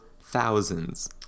thousands